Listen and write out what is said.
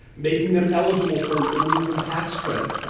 making them eligible for an earned income tax credit.